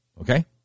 Okay